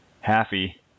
Happy